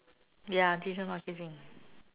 ya digital marketing